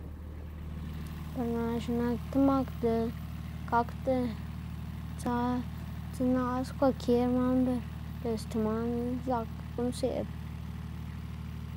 par naꞌ x̱iꞌk nak ti mak del gakda tsa dzenaꞌs kwalkier man, ber lëꞌ sti man zak guꞌnnseꞌd.